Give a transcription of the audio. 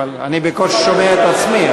אבל אני בקושי שומע את עצמי,